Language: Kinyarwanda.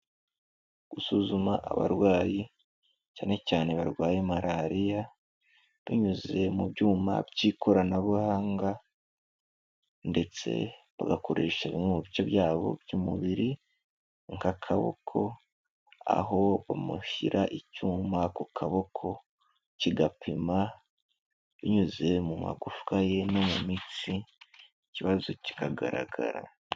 Gusuzuma abarwayi cyane cyane barwaye malariya, binyuze mu byuma by'ikoranabuhanga, ndetse bagakoresha bimwe mu bice byabo by'umubiri nk'akaboko, aho umushyira icyuma ku kaboko, kigapima binyuze mu magufwa ye no mu mitsi ikibazo kikagaragara.